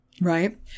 Right